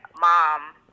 mom